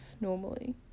normally